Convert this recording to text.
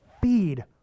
Feed